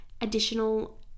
additional